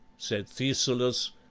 said thescelus,